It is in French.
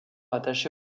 attaché